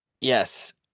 Yes